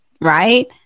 right